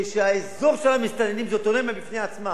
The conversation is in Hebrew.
שהאזור של המסתננים זו אוטונומיה בפני עצמה